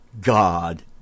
God